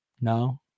No